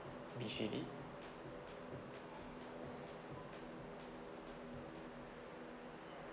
I see